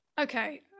okay